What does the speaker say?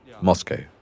Moscow